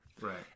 Right